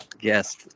Yes